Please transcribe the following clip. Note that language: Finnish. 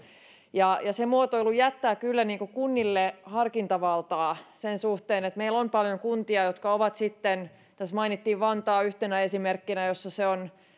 ja se muotoilu jättää kyllä kunnille harkintavaltaa sen suhteen meillä on paljon kuntia jotka ovat sitten tässä mainittiin yhtenä esimerkkinä vantaa missä se on